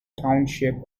township